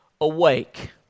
awake